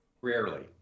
Rarely